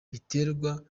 biterwa